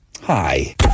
Hi